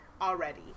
already